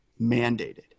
mandated